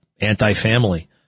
anti-family